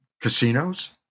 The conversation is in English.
casinos